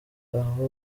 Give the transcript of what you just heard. aho